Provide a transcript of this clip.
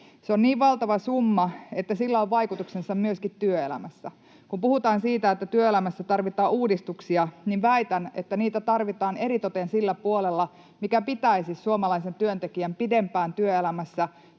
Se on niin valtava summa, että sillä on vaikutuksensa myöskin työelämässä. Kun puhutaan siitä, että työelämässä tarvitaan uudistuksia, niin väitän, että niitä tarvitaan eritoten sillä puolella, mikä pitäisi suomalaisen työntekijän pidempään työelämässä